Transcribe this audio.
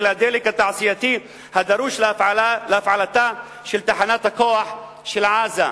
הדלק התעשייתי הדרוש להפעלתה של תחנת הכוח של עזה,